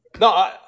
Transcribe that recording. No